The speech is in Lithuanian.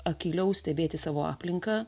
akyliau stebėti savo aplinką